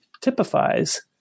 typifies